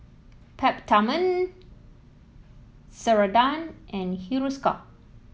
Peptamen Ceradan and Hiruscar